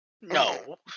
No